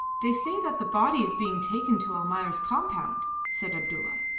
they say that the body is being taken to almayer's compound, said abdulla.